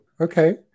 okay